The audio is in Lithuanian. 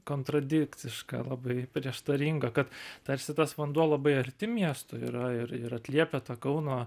kantradikcišką labai prieštaringą kad tarsi tas vanduo labai arti miesto yra ir ir atliepia tą kauno